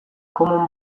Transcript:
common